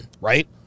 right